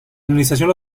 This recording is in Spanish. administración